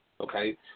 Okay